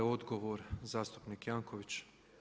Odgovor zastupnik Janković.